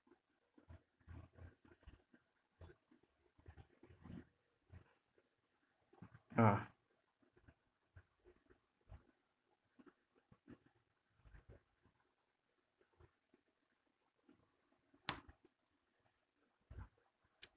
ah